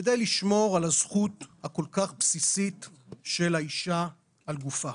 כדי לשמור על הזכות הכול כך בסיסית של האישה על גופה.